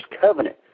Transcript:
covenant